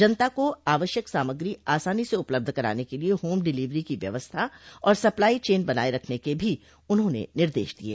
जनता को आवश्यक सामग्री आसानी से उपलब्ध कराने के लिये होम डिलीवरी की व्यवस्था और सप्लाई चेन बनाये रखने के भी उन्होंने निर्देश दिये